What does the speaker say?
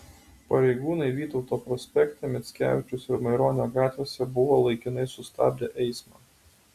pareigūnai vytauto prospekte mickevičiaus ir maironio gatvėse buvo laikinai sustabdę eismą